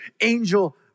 angel